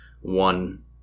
one